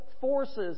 forces